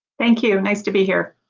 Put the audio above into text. thank you nice to be here.